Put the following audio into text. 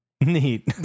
Neat